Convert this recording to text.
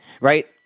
Right